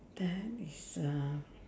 then is uh